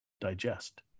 digest